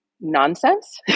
nonsense